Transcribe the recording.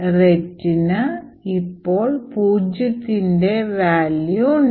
RET ന് ഇപ്പോൾ പൂജ്യത്തിന്റെ വാല്യൂ ഉണ്ട്